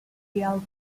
gielgud